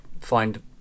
find